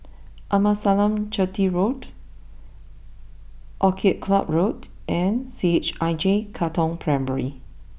Amasalam Chetty Road Orchid Club Road and C H I J Katong Primary